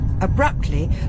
Abruptly